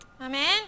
Amen